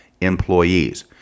employees